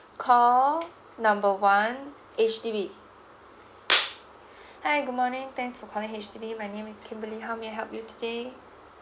call number one H_D_B hi good morning thanks for calling H_D_B my name is kimberly how may I help you today